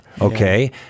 Okay